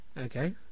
Okay